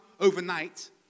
overnight